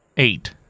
Eight